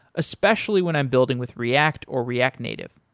especially when i'm building with react or react native.